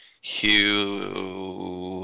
Hugh